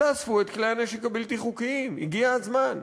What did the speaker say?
תאספו את כלי הנשק הבלתי-חוקיים, הגיע הזמן.